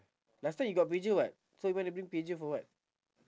last time you got pager [what] so you want to bring pager for what